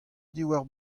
diwar